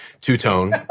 two-tone